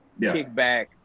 kickback